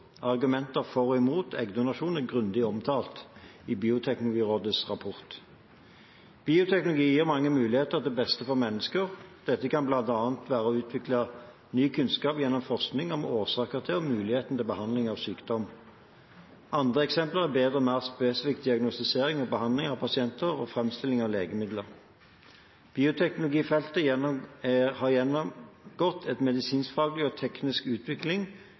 for og imot eggdonasjon er grundig omtalt i Bioteknologirådets rapport. Bioteknologi gir mange muligheter til beste for mennesket. Dette kan bl.a. være utvikling av ny kunnskap gjennom forskning om årsaker til og muligheter til behandling av sykdom. Andre eksempler er bedre og mer spesifikk diagnostisering og behandling av pasienter og framstilling av legemidler. Bioteknologifeltet har gjennomgått en medisinskfaglig og teknisk utvikling